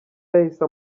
yahise